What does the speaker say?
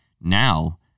now